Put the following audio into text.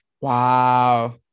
Wow